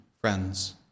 friends